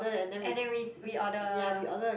and then we we order